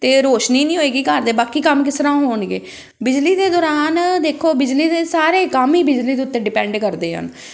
ਅਤੇ ਰੋਸ਼ਨੀ ਨਹੀਂ ਹੋਏਗੀ ਘਰ ਦੇ ਬਾਕੀ ਕੰਮ ਕਿਸ ਤਰ੍ਹਾਂ ਹੋਣਗੇ ਬਿਜਲੀ ਦੇ ਦੌਰਾਨ ਦੇਖੋ ਬਿਜਲੀ ਦੇ ਸਾਰੇ ਕੰਮ ਹੀ ਬਿਜਲੀ ਦੇ ਉਤੇ ਡਿਪੈਂਡ ਕਰਦੇ ਹਨ